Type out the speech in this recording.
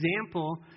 example